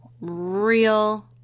Real